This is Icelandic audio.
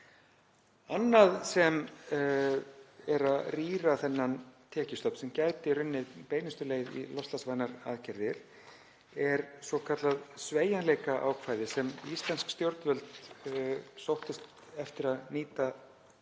Annað sem rýrir þennan tekjustofn, sem gæti runnið beinustu leið í loftslagsvænar aðgerðir, er svokallað sveigjanleikaákvæði sem íslensk stjórnvöld sóttust eftir að nýta